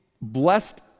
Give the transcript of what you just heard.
blessed